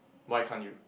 why can't you